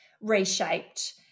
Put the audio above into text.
reshaped